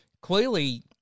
clearly